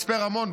מצפה רמון,